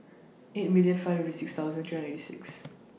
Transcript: eight million five hundred and fifty six thousand three hundred and eighty six